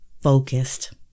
focused